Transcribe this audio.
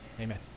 Amen